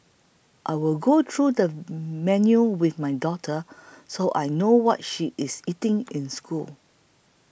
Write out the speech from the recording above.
I will go through the menu with my daughter so I know what she is eating in school